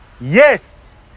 Yes